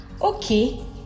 Okay